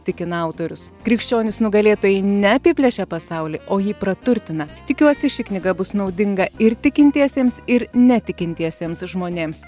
tikina autorius krikščionis nugalėtojai neapiplėšia pasaulį o jį praturtina tikiuosi ši knyga bus naudinga ir tikintiesiems ir netikintiesiems žmonėms